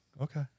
Okay